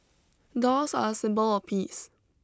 doves are a symbol of peace